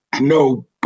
no –